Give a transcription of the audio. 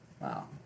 Wow